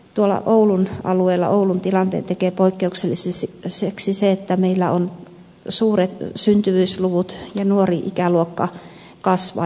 tuolla oulun alueella oulun tilanteen tekee poikkeukselliseksi se että meillä on suuret syntyvyysluvut ja nuori ikäluokka kasvaa